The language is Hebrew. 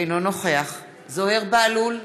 אינו נוכח זוהיר בהלול,